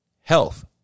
health